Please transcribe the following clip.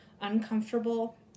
uncomfortable